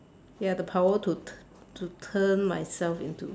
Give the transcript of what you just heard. ya the power to to turn myself into